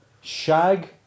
Shag